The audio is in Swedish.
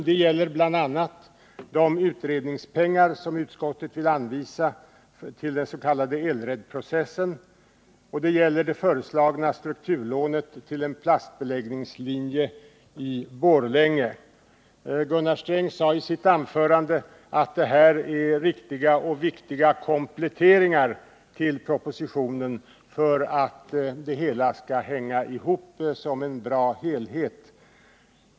Det gäller bl.a. de utredningspengar som utskottet vill anvisa till den s.k. ELRED-processen, och det gäller det föreslagna strukturlånet till en plastbeläggningslinje i Borlänge. Gunnar Sträng sade i sitt anförande att det här är riktiga och viktiga kompletteringar till propositionen för att det hela skall hänga ihop som en bra helhet.